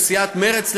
לסיעת מרצ,